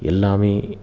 எல்லாமே